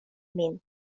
min